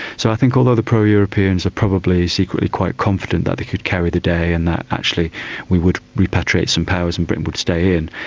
so i think although the pro-europeans are probably secretly quite confident that they could carry the day and that actually we would repatriate some powers and britain would stay in,